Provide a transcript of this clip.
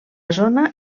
zona